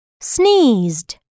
Sneezed